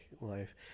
life